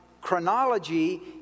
chronology